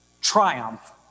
triumph